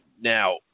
Now